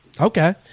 Okay